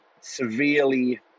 severely